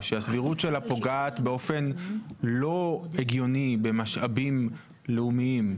שהסבירות שלה פוגעת באופן לא הגיוני במשאבים לאומיים?